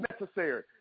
necessary